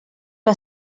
que